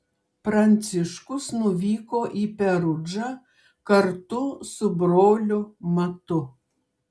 pranciškus nuvyko į perudžą kartu su broliu matu